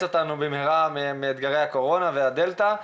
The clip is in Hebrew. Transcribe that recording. אותנו במהרה מאתגרי הקורונה והדלתא.